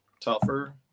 tougher